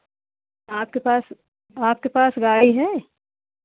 आपके पास आपके पास गाड़ी है